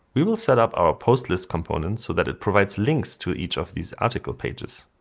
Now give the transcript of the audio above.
we will set up our post list components so that it provides links to each of these article pages.